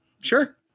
sure